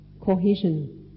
cohesion